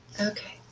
Okay